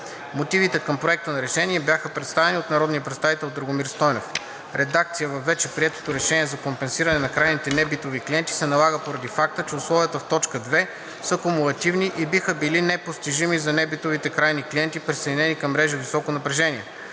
Мотивите към Проекта на решение бяха представени от народния представител Драгомир Стойнев. Редакция във вече приетото Решение за компенсиране на крайните небитови клиенти се налага поради факта, че условията в т. 2 са кумулативни и биха били непостижими за небитовите крайни клиенти, присъединени към мрежа високо напрежение.